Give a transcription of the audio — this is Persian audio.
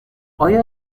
آیا